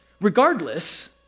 Regardless